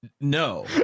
No